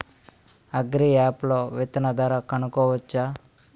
Agri app లో విత్తనం ధర కనుకోవచ్చా?